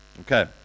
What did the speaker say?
Okay